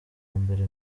mbere